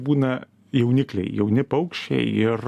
būna jaunikliai jauni paukščiai ir